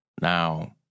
Now